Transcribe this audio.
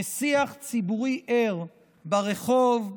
ושיח ציבורי ער ברחוב,